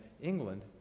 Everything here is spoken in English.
England